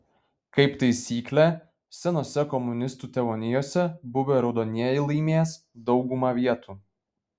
kaip taisyklė senose komunistų tėvonijose buvę raudonieji laimės daugumą vietų